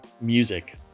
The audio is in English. music